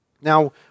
Now